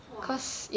!wah!